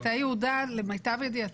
מטה יהודה למיטב ידיעתי,